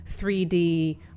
3D